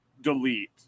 delete